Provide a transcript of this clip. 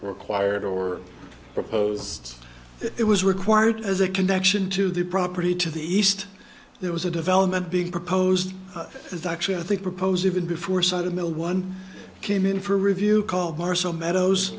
required or proposed it was required as a connection to the property to the east there was a development being proposed is actually i think proposed even before cytomel one came in for a review called marshall meadows